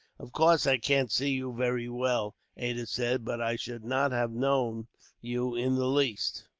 of course, i can't see you very well, ada said, but i should not have known you, in the least.